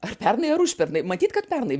ar pernai ar užpernai matyt kad pernai